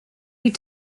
die